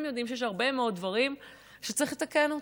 יודעים שיש הרבה מאוד דברים שצריך לתקן אותם,